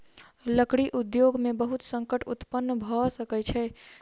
लकड़ी उद्योग में बहुत संकट उत्पन्न भअ सकै छै